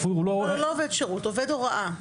לא עובד שירות, עובד הוראה.